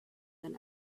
than